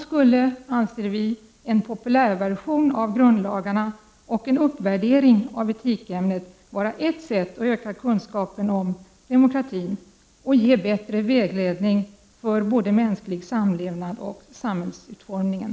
Vi anser att en populärversion av grundlagarna och en uppvärdering av etikämnet skulle vara ett sätt att öka kunskapen om demokratin och ge bättre vägledning både för mänsklig samlevnad och för samhällsutformningen.